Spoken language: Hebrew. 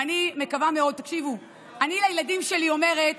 ואני מקווה מאוד, תקשיבו, אני לילדים שלי אומרת,